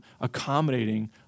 accommodating